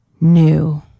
New